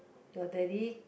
your daddy